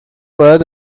باید